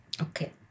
Okay